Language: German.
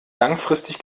langfristig